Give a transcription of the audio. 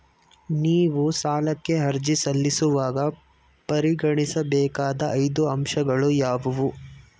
ನೀವು ಸಾಲಕ್ಕೆ ಅರ್ಜಿ ಸಲ್ಲಿಸುವಾಗ ಪರಿಗಣಿಸಬೇಕಾದ ಐದು ಅಂಶಗಳು ಯಾವುವು?